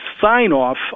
sign-off